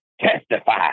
testify